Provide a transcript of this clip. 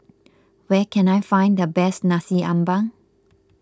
where can I find the best Nasi Ambeng